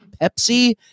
Pepsi